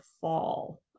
fall